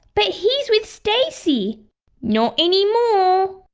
but he's with stacie not anymore!